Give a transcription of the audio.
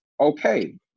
okay